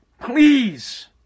Please